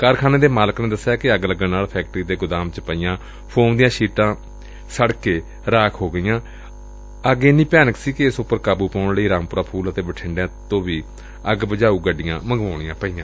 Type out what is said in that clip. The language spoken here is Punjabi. ਕਾਰਖਾਨੇ ਦੇ ਮਾਲਕ ਨੇ ਦਸਿਆ ਕਿ ਅੱਗ ਲੱਗਣ ਨਾਲ ਫੈਕਟਰੀ ਦੇ ਗੋਦਾਮ ਚ ਪਈਆਂ ਫੋਮ ਦੀਆਂ ਸ਼ੀਟਾਂ ਸੜਕ ਕੇ ਰਾਖ ਹੋ ਗਈਆਂ ਅੱਗ ਇੰਨੀ ਭਿਆਨਕ ਸੀ ਕਿ ਇਸ ਉਪਰ ਕਾਬੂ ਪਾਉਣ ਲਈ ਰਾਮਪੁਰਾ ਫੂਲ ਅਤੇ ਬਠਿੰਡਾ ਤੋਂ ਵੀ ਅੱਗ ਬੁਝਾਉ ਗੱਡੀਆਂ ਮੰਗਵਾਉਣੀਆਂ ਪਈਆਂ